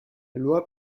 loi